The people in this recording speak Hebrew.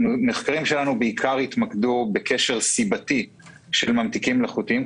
המחקרים שלנו התמקדו בעיקר בקשר סיבתי של ממתיקים מלאכותיים.